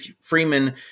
Freeman